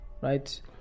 right